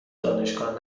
دانشگاه